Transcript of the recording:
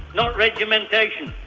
not regimentation.